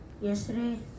yesterday